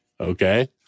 okay